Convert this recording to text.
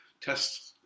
tests